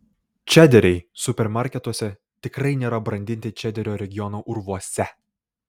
čederiai supermarketuose tikrai nėra brandinti čederio regiono urvuose